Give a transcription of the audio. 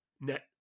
net